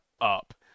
up